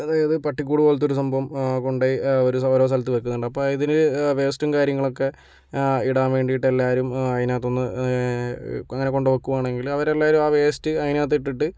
അതായത് പട്ടിക്കൂട് പോലെത്തൊരു സംഭവം കൊണ്ട് പോയി ഒര് ഓരോ സ്ഥലത്ത് വക്കുന്നുണ്ട് അപ്പം ഇതില് വേസ്റ്റും കാര്യങ്ങളൊക്കെ ഇടാൻ വേണ്ടിയിട്ട് എല്ലാവരും അതിനകത്ത് ഒന്ന് അങ്ങനെ കൊണ്ട് വയ്ക്കുവാണെങ്കില് അവരെല്ലാവരും ആ വേസ്റ്റ് അതിനകത്തിട്ടിട്ട്